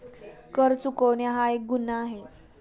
कर चुकवणे हा एक गुन्हा आहे